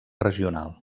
regional